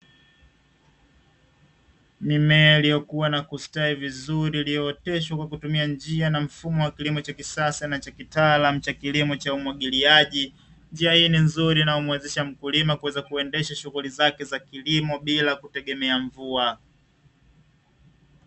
Mimea iliyokua na kustawi vizuri iliyooteshwa kwa kutumia njia na mfumo wa kilimo cha kisasa na cha kitaalamu cha kilimo cha umwagiliaji. Njia hii ni nzuri inayomuwezesha mkulima kuweza kuendesha shughuli zake za kilimo bila kutegemea mvua.